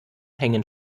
hängen